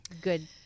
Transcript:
Good